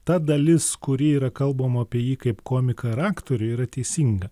ta dalis kuri yra kalbama apie jį kaip komiką ir aktorių yra teisinga